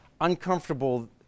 uncomfortable